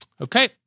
Okay